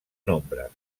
nombres